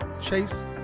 Chase